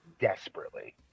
desperately